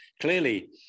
Clearly